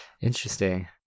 Interesting